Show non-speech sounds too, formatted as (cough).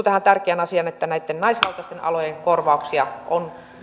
(unintelligible) tähän tärkeään asiaan että näitten naisvaltaisten alojen korvauksia on